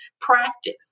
practice